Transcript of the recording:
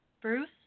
Bruce